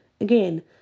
Again